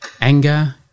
anger